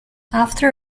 after